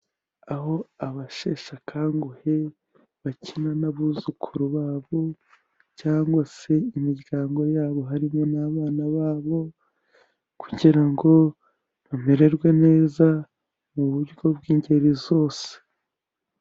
Aho abasheshakanguhe bakina n'abuzukuru babo cyangwa se imiryango yabo harimo n'abana babo, kugira ngo bamererwe neza mu buryo bw'ingeri zose.